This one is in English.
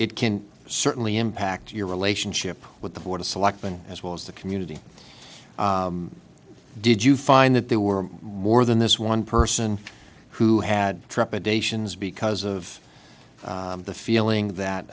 it can certainly impact your relationship with the board of selectmen as well as the community did you find that there were more than this one person who had trepidations because of the feeling that